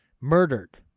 murdered